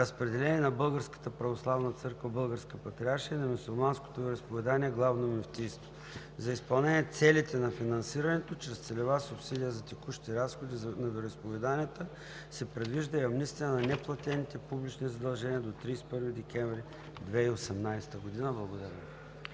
разпределени на Българската православна църква – Българска патриаршия, и на Мюсюлманското вероизповедание – Главно мюфтийство. За изпълнение на целите на финансирането чрез целева субсидия за текущи разходи на вероизповеданията се предвижда амнистия на неплатените публични задължения до 31 декември 2018 г.“ Благодаря